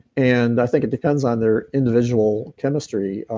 and i think it depends on their individual chemistry.